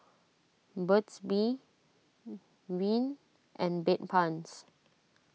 Burt's Bee Rene and Bedpans